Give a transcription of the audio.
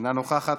אינה נוכחת.